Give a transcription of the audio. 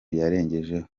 yarengejeho